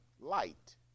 light